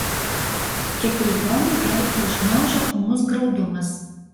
kiprijonui gerklę užgniaužia ūmus graudumas